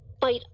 Fight